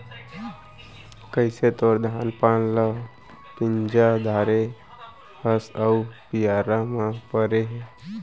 कइसे तोर धान पान ल मिंजा डारे हस अउ बियारा म परे हे